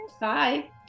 Bye